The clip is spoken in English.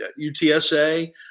UTSA